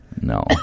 No